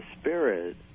spirit